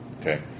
Okay